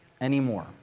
anymore